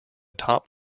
top